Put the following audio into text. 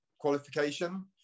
qualification